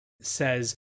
says